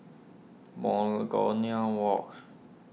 Monagonia Walk